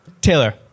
Taylor